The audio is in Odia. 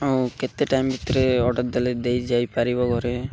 ଆଉ କେତେ ଟାଇମ୍ ଭିତରେ ଅର୍ଡର ଦେଲେ ଦେଇ ଯାଇପାରିବ ଘରେ